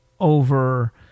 over